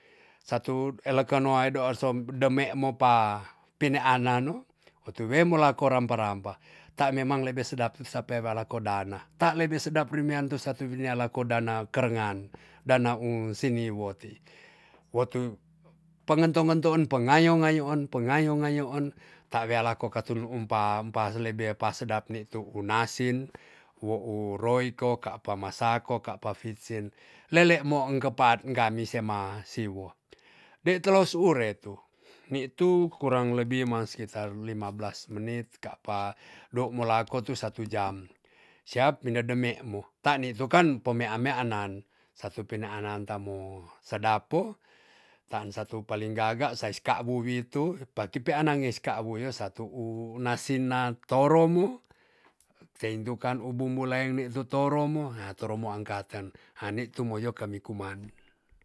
Satu eleken wae do e som demek mo pa pinean nanu, wo tu me lako rampa rampa. tan memang lebe sedap tu sape wala ko dana. ta lebe sedap rimean tu satu wialako dana kerengan dana siniwoti. wotu pengento ngentoen pengayo ngayoon- pengayo ngayoon ta wea lako katu umpa empa lebe pa sedap nitu u nasin, wo u royko, ka pa masako, kapa vitsin. lelekmo enkepaat gami sema siwo de tulos ure tu. nitu kurang lebi ma skitar lima belas menit ka pa do mo lako tu satu jam. siap wine demek mu tan nitu kan pemea meanan satu pinaan nantamo sedap po, tan satu paling gaga sais ka wuwitu pati peanan nge kas wuiyes satu u nasi toro mu, teintukan bumbu laen ni tu toromo ha toro mo angkaten anitumoyo kemi kuman